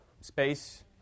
space